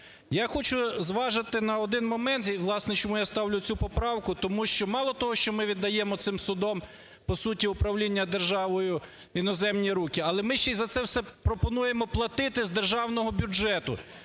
Я хочу зважити на один момент і, власне, чому я ставлю цю поправку, тому що мало того, що ми віддаємо цим судам, по суті, управління державою в іноземні руки, але ми ще й за це все пропонуємо платити з державного бюджету.